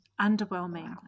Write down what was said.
underwhelming